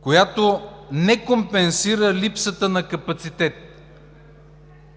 която не компенсира липсата на капацитет.